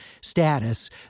status